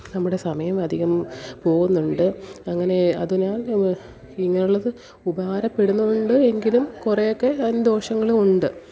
നമ്മുടെ സമയം അധികം പോവുന്നുണ്ട് അങ്ങനെ അതിനാൽ ഇങ്ങനെയുള്ളത് ഉപകാരപ്പെടുന്നുണ്ട് എങ്കിലും കുറേയൊക്കെ അതിന് ദോഷങ്ങളുമുണ്ട്